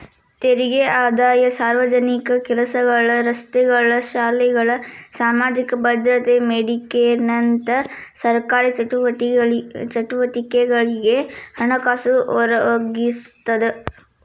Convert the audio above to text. ತೆರಿಗೆ ಆದಾಯ ಸಾರ್ವಜನಿಕ ಕೆಲಸಗಳ ರಸ್ತೆಗಳ ಶಾಲೆಗಳ ಸಾಮಾಜಿಕ ಭದ್ರತೆ ಮೆಡಿಕೇರ್ನಂತ ಸರ್ಕಾರಿ ಚಟುವಟಿಕೆಗಳಿಗೆ ಹಣಕಾಸು ಒದಗಿಸ್ತದ